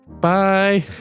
Bye